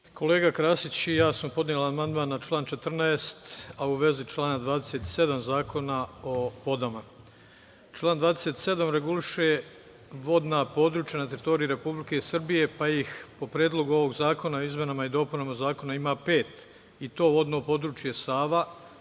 Kolega Krasić i ja smo podneli amandman na član 14, a u vezi člana 27. Zakona o vodama. Član 27. Reguliše vodna područja na teritoriji Republike Srbije, pa ih, po predlogu ovog zakona o izmenama i dopunama zakona, ima pet i to: vodno područje Sava,